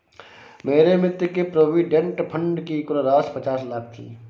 मेरे मित्र के प्रोविडेंट फण्ड की कुल राशि पचास लाख थी